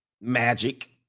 magic